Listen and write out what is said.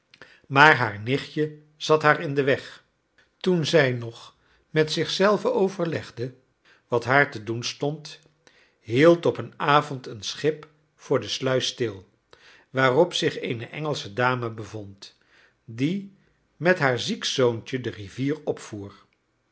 maar haar nichtje zat haar in den weg toen zij nog met zich zelve overlegde wat haar te doen stond hield op een avond een schip voor de sluis stil waarop zich eene engelsche dame bevond die met haar ziek zoontje de rivier opvoer